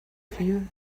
few